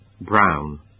brown